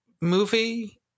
movie